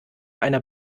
einer